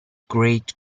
great